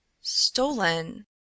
Stolen